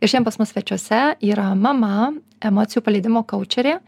ir šiandien pas mus svečiuose yra mama emocijų paleidimo koučerė